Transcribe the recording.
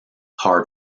hard